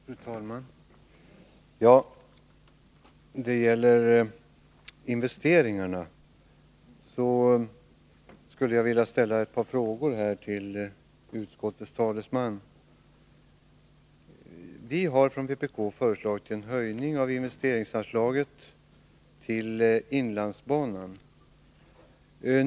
Fru talman! När det gäller investeringarna skulle jag vilja ställa ett par frågor till utskottets talesman. Vi har från vpk föreslagit en höjning av investeringsanslaget till inlandsbanan.